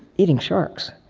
eating sharks.